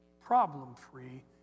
problem-free